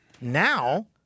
Now